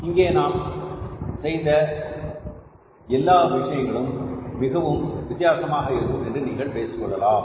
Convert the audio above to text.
இங்கே நாம் செய்த அல்லாஹ் விஷயங்களும் மிகவும் வித்தியாசமாக இருக்கும் என்று நீங்கள் பேசிக் கொள்ளலாம்